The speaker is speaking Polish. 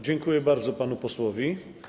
Dziękuję bardzo panu posłowi.